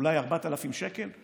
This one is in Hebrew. אולי 4,000 שקל.